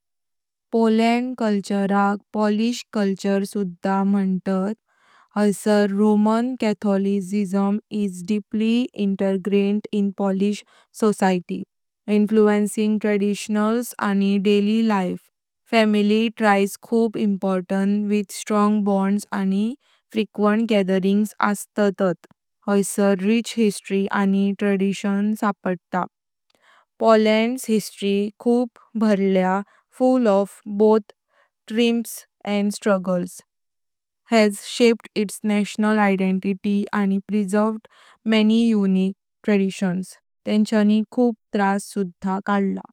पोलैंड संस्कृति पोलिश संस्कृति सुधा मंतात। हैसार is deeply ingrained in Polish समाज, इन्फ्लुन्सिंग ट्रेडिशन्स आणि डेली लाइफ। फैमिली टाईज खूप इम्पॉर्टन्ट, विथ स्ट्रॉंग बॉंड्स आणि फ्रीक्वेंट गदरिंग्ज असत। हैसार रिच हिस्ट्री एंड ट्रेडिशन सापडता। पोलैंड's हिस्ट्री, खूप बारल्या full of both triumphs and struggles, has shaped its national identity अँणि प्रेअसेर्वेद मनी यूनिक ट्रेडिशन्स। तेंच्यानी खूप त्रास सुधा काढला।